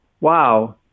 wow